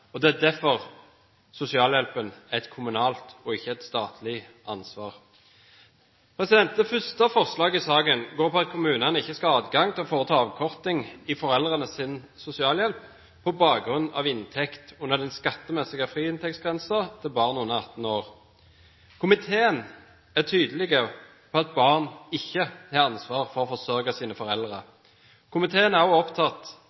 brukerne. Det er derfor sosialhjelpen er et kommunalt og ikke et statlig ansvar. Det første forslaget i saken er at kommunene ikke skal ha adgang til å foreta avkorting i foreldrenes sosialhjelp på bakgrunn av inntekt under den skattemessige friinntektsgrensen til barn under 18 år. Komiteen er tydelig på at barn ikke har ansvar for å forsørge sine foreldre. Komiteen er også opptatt